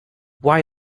why